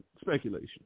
Speculation